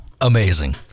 Amazing